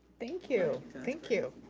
thank you, thank you.